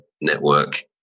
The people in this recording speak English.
network